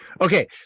Okay